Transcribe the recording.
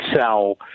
sell